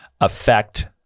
affect